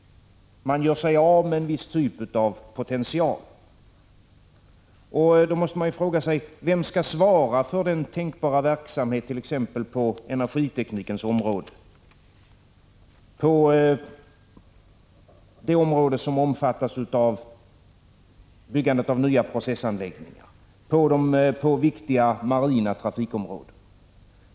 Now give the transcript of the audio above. Man gör sig av med en viss typ av potential. Då måste man fråga sig: Vem skall svara för den tänkbara verksamheten på t.ex. energiteknikens område när det gäller byggandet av nya processanläggningar och på viktiga marina trafikområden?